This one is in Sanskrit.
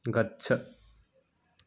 गच्छ